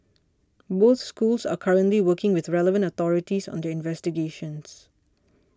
both schools are currently working with relevant authorities on their investigations